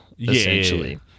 Essentially